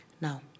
Now